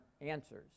answers